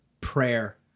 prayer